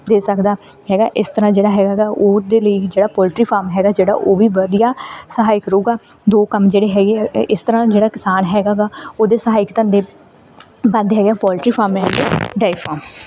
ਦੇ ਸਕਦਾ ਹੈਗਾ ਇਸ ਤਰ੍ਹਾਂ ਜਿਹੜਾ ਹੈਗਾ ਗਾ ਉਹਦੇ ਲਈ ਜਿਹੜਾ ਪੋਲਟਰੀ ਫਾਰਮ ਹੈਗਾ ਜਿਹੜਾ ਉਹ ਵੀ ਵਧੀਆ ਸਹਾਇਕ ਰਹੂਗਾ ਦੋ ਕੰਮ ਜਿਹੜੇ ਹੈਗੇ ਇਸ ਤਰ੍ਹਾਂ ਜਿਹੜਾ ਕਿਸਾਨ ਹੈਗਾ ਗਾ ਉਹਦੇ ਸਹਾਇਕ ਧੰਦੇ ਵੱਧਦੇ ਹੈਗੇ ਪੋਲਟਰੀ ਫਾਰਮ ਅਤੇ ਡੇਅਰੀ ਫਾਰਮ